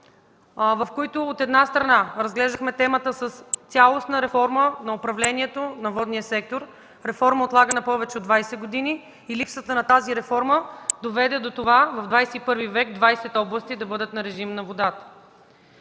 В тях, от една страна, разглеждахме темата с цялостна реформа на управлението на водния сектор – реформа, отлагана повече от 20 години. Липсата на тази реформа доведе до това в ХХІ век 20 области да бъдат на режим на водата.